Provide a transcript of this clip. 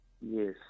Yes